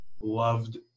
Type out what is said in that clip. loved